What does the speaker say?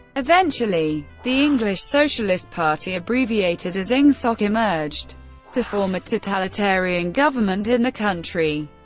eventually, the english socialist party, abbreviated as ingsoc, emerged to form a totalitarian government in the country.